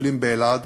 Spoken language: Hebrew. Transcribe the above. מטפלים באלעד,